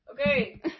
Okay